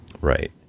Right